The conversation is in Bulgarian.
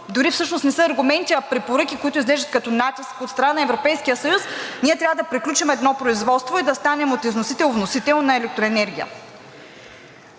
дори всъщност не са аргументи, а препоръки, които изглеждат като натиск от страна на Европейския съюз, ние трябва да приключим едно производство и да станем от износител вносител на електроенергия.